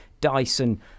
Dyson